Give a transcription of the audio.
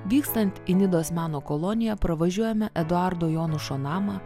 vykstant į nidos meno koloniją pravažiuojame eduardo jonušo namą